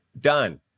done